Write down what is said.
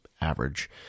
average